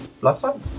lifetime